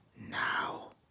now